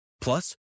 Plus